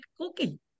cooking